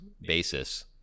basis